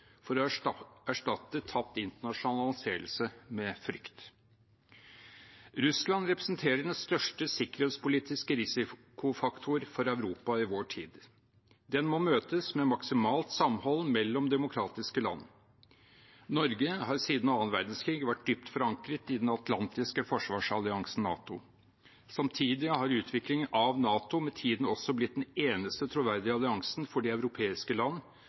for å erstatte tapt internasjonal anseelse med frykt. Russland representerer den største sikkerhetspolitiske risikofaktor for Europa i vår tid. Den må møtes med maksimalt samhold mellom demokratiske land. Norge har siden annen verdenskrig vært dypt forankret i den atlantiske forsvarsalliansen NATO. Samtidig har utviklingen av NATO med tiden også blitt den eneste troverdige alliansen for de europeiske land,